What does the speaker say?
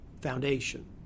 foundation